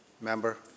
Member